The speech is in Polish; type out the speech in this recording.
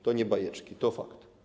To nie bajeczki, to fakt.